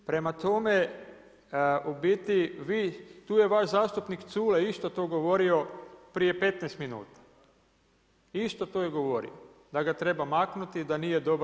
Prema tome, u biti vi, tu je vaš zastupnik Culej isto to govorio prije 15 minuta, isto to je govorio da ga treba maknuti, da nije dobar.